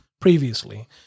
previously